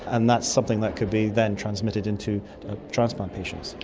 and that's something that could be then transmitted into transplant patients.